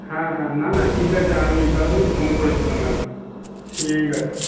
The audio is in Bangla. হ্যাঁ হ্যাঁ না না ঠিক আছে আমি এই কারণেই ফোন করেছিলাম আর কি ঠিক আছে